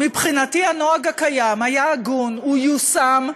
מבחינתי, הנוהג הקיים היה הגון, הוא יושם,